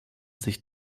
sich